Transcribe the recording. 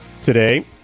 Today